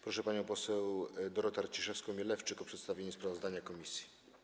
Proszę panią poseł Dorotę Arciszewską-Mielewczyk o przedstawienie sprawozdania komisji.